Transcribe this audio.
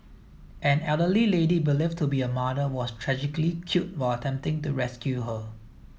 an elderly lady believed to be her mother was tragically killed while attempting to rescue her